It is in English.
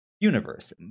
universe